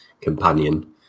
companion